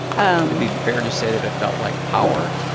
and be fair to say that it felt like power?